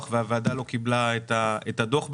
והוועדה לא קיבלה את הדוח בעניין.